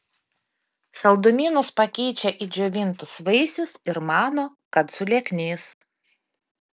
saldumynus pakeičia į džiovintus vaisius ir mano kad sulieknės